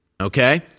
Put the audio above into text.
Okay